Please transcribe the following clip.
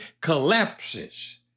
collapses